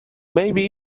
maybe